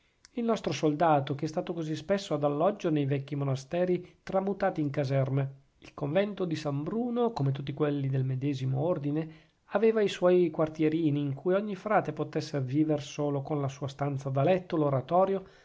il nostro soldato che è stato così spesso ad alloggio nei vecchi monasteri tramutati in caserme il convento di san bruno come tutti quelli del medesimo ordine aveva i suoi quartierini in cui ogni frate potesse viver solo con la sua stanza da letto l'oratorio